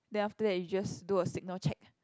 then after that you just do a signal check